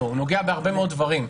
הוא נוגע בהרבה מאוד דברים.